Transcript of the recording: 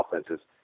offenses